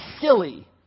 silly